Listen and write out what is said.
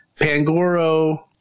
Pangoro